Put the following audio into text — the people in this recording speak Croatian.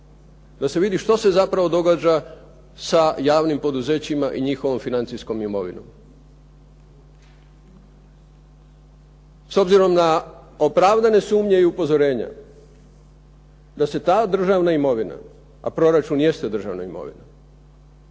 da se vidi što se zapravo događa sa javnim poduzećima i njihovom financijskom imovinom. S obzirom na opravdane sumnje i upozorenja da se ta državna imovina, a proračun jeste državna imovina,